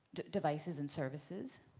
devices and services,